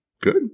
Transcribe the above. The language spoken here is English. Good